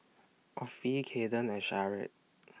Offie Kayden and Sharde